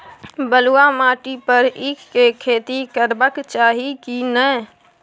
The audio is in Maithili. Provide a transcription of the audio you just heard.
बलुआ माटी पर ईख के खेती करबा चाही की नय?